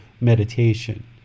meditation